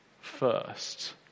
first